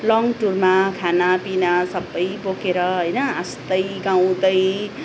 long टुरमा खानापिना सबै बोकेर होइन हाँस्दै गाउँदै